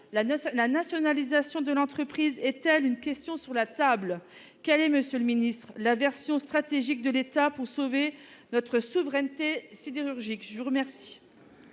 La nationalisation de l'entreprise est-elle une question sur la table ? Quelle est, monsieur le ministre, la version stratégique de l'État pour sauver notre souveraineté sidérurgique ?